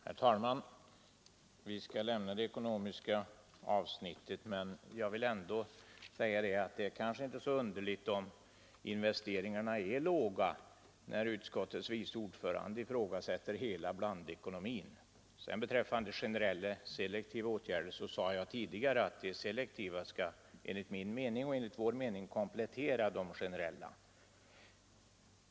Herr talman! Vi skall lämna det ekonomiska avsnittet, men jag vill ändå säga att det kanske inte är så underligt om investeringarna är låga, när utskottets vice ordförande ifrågasätter hela blandekonomin. Beträffande generella och selektiva åtgärder sade jag tidigare att de selektiva enligt vår mening skall komplettera de generella.